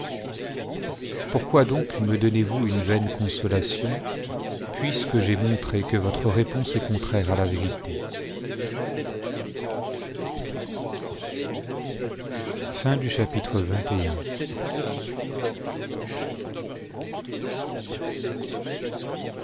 pourquoi donc me donnez-voua nue vaine couaolation puisque j'ai montré que votre lépouse est contraire à la vérité